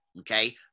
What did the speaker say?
okay